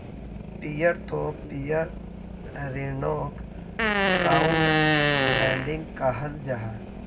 peer to peer ऋन्नोक crowd lending कहाल जाहा